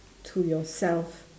to yourself